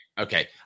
okay